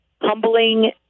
Humbling